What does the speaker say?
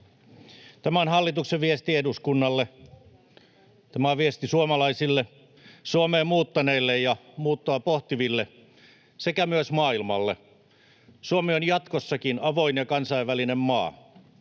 Tämä on hallituksen viesti eduskunnalle, tämä on viesti suomalaisille, Suomeen muuttaneille ja muuttoa pohtiville sekä myös maailmalle: Suomi on jatkossakin avoin ja kansainvälinen maa.